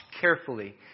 carefully